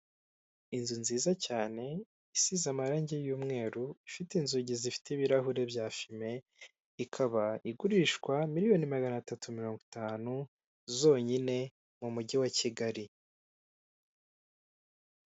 Inzu nziza cyane isize amarangi y'umweru, ifite inzugi zifite ibirahuri bya fime, ikaba igurishwa miliyoni magana atatu mirongo itanu zonyine mu mujyi wa Kigali.